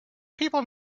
people